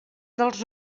dels